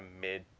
mid